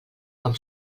com